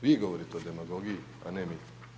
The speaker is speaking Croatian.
Vi govorite o demagogiji, a ne mi.